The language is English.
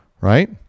Right